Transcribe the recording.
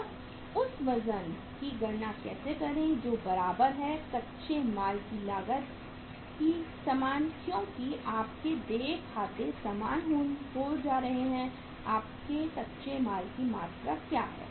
अब उस वजन की गणना कैसे करें जोकि बराबर है कच्चे माल की लागत की लागत समान है क्योंकि आपके देय खाते समान होने जा रहे हैं आपके कच्चे माल की मात्रा क्या है